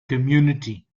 community